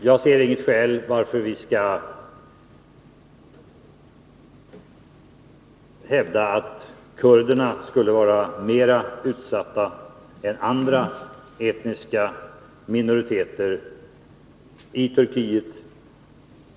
Jag ser inget skäl till att vi skulle hävda att kurderna skulle vara mera utsatta än andra etniska minoriteter i Turkiet.